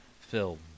film